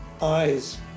eyes